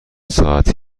ساعتی